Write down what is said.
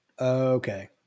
Okay